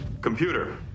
Computer